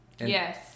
Yes